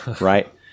right